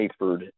Hayford